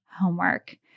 homework